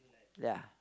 ya